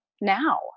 now